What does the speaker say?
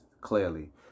clearly